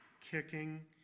kicking